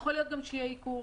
יכול להיות שיהיה ייקור,